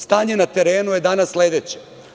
Stanje na terenu je danas sledeće.